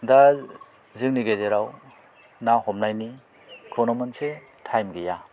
दा जोंनि गेजेराव ना हमनायनि खुनु मोनसे टाइम गैया